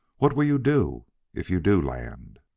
what will you do if you do land?